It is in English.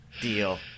Deal